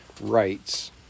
rights